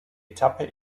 etappe